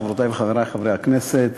חברותי וחברי חברי הכנסת,